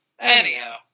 Anyhow